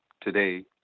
today